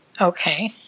Okay